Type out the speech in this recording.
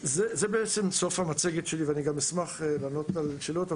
זה בעצם סוף המצגת שלי ואני גם אשמח לענות על שאלות.